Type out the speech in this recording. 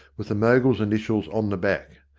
with the mogul's initials on the back.